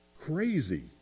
Crazy